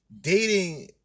dating